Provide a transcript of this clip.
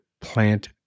Plant